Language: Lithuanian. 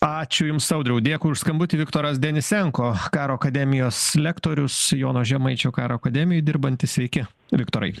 ačiū jums audriau dėkui už skambutį viktoras denesenko karo akademijos lektorius jono žemaičio karo akademijoj dirbantis sveiki viktorai